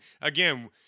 again